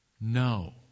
No